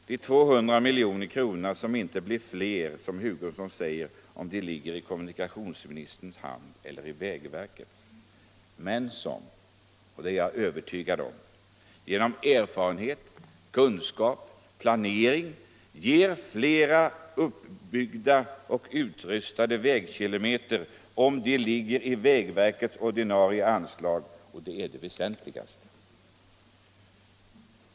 De 200 miljonerna, som inte blir fler, som herr Hugosson säger, om de ligger i kommunikationsministerns hand eller vägverkets, men som — och det är jag övertygad om — genom erfarenhet, kunskap och planering ger fler uppbyggda och upprustade vägkilometer om de ligger i vägverkets ordinarie anslag. Och det är det väsentligaste.